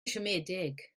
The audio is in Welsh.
siomedig